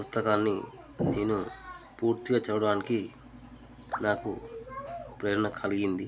పుస్తకాన్ని నేను పూర్తిగా చదవడానికి నాకు ప్రేరణ కలిగింది